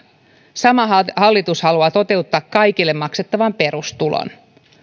sama hallitus haluaa toteuttaa kaikille maksettavan perustulon